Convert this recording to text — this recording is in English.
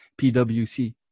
PwC